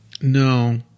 No